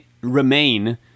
remain